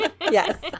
Yes